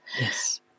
yes